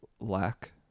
lack